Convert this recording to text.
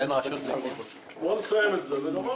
בואו נסיים את זה.